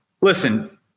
listen